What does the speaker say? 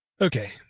okay